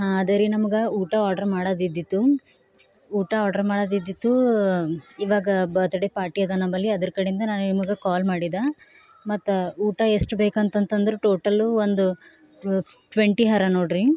ಹಾಂ ಅದೇ ರೀ ನಮ್ಗೆ ಊಟ ಆರ್ಡರ್ ಮಾಡೋದು ಇದ್ದಿತ್ತು ಊಟ ಆರ್ಡರ್ ಮಾಡೋದು ಇದ್ದಿತ್ತು ಇವಾಗ ಬತ್ಡೆ ಪಾರ್ಟಿ ಅದ ನಮ್ಮಲ್ಲಿ ಅದ್ರ ಕಡೆಯಿಂದ ನಾನು ನಿಮಗೆ ಕಾಲ್ ಮಾಡಿದೆ ಮತ್ತು ಊಟ ಎಷ್ಟ್ ಬೇಕು ಅಂತಂತಂದ್ರೆ ಟೋಟಲು ಒಂದು ಟ್ವೆಂಟಿ ಅರ ನೋಡಿರಿ